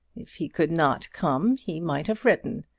if he could not come he might have written.